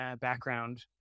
background